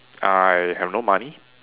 I have no money